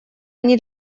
они